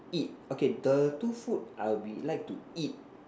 eat okay the two food I will be like to eat